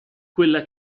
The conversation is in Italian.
quella